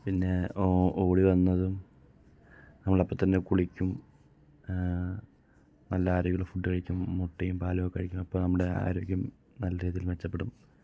പിന്നേ ഓടി വന്നതും നമ്മളപ്പം തന്നെ കുളിയ്ക്കും നല്ലാരോഗ്യമുള്ള ഫുഡ് കഴിയ്ക്കും മുട്ടയും പാലുമൊക്കെ കഴിയ്ക്കും അപ്പം നമ്മുടെ ആരോഗ്യം നല്ല രീതിയിൽ മെച്ചപ്പെടും